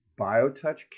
biotouch